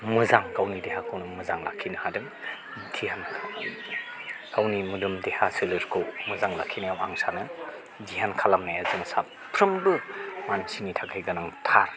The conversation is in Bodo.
मोजां गावनि देहाखौ मोजां लाखिनो हादों ध्यान गावनि मोदोम देहा सोलेरखौ मोजां लाखिनायाव आं सानो ध्यान खालामनाया जों साफ्रोमबो मानसिनि थाखाय गोनांथार